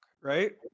right